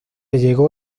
llegó